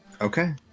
Okay